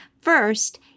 First